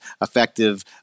effective